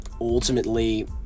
ultimately